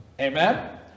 Amen